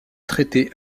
traité